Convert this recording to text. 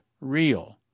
real